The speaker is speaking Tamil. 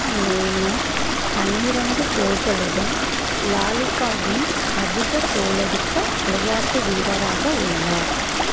நெய்மர் பன்னிரண்டு கோல்களுடன் லாலிகாவின் அதிக கோல் அடித்த விளையாட்டு வீரராக உள்ளார்